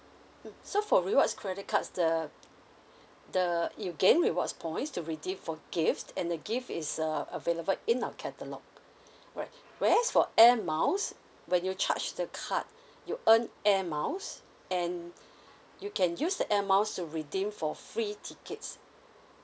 mm so for rewards credit cards the the you gain rewards points to redeem for gifts and the gift is uh available in a catalogue whereas for airmiles when you charge the card you earn airmiles and you can use that airmiles to redeem for free tickets